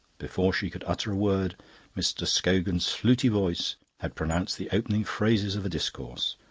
before she could utter a word mr. scogan's fluty voice had pronounced the opening phrases of a discourse.